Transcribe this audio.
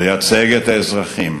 לייצג את האזרחים,